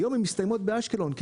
מסתיימות באשקלון היום,